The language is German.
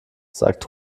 sagt